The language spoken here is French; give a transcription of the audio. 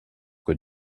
que